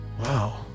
Wow